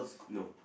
no